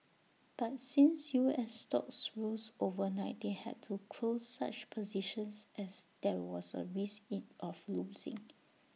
but since U S stocks rose overnight they had to close such positions as there was A risk in of losing